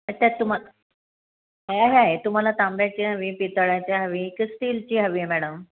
अ त्या तुमा ह्या हे तुम्हाला तांब्याची हवी पितळ्याची हवी की स्टीलची हवी आहे मॅडम